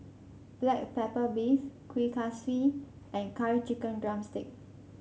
Black Pepper Beef Kuih Kaswi and Curry Chicken drumstick